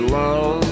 love